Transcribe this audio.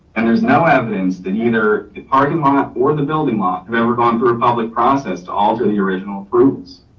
and there's no evidence that either parking lot or the building block have ever gone through a public process to alter the original approvals.